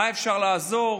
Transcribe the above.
במה אפשר לעזור.